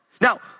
Now